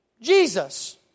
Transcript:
Jesus